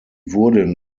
wurden